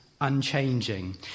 unchanging